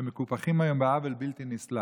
שמקופחים היום בעוול בלתי נסלח.